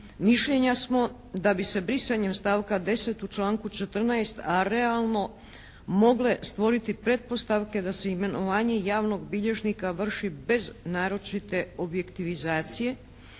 Mišljenja smo da bi se brisanjem stavka 10. u članku 14. a realno mogle stvoriti pretpostavke da se imenovanje javnog bilježnika vrši bez naročite objektivizacije